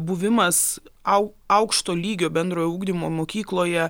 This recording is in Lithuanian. buvimas au aukšto lygio bendrojo ugdymo mokykloje